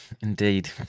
indeed